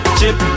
chip